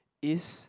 is